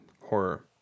Horror